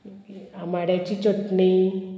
आमाड्याची चटणी